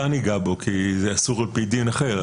תיגע בו, כי זה אסור על פי דין אחר.